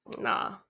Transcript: Nah